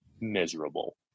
miserable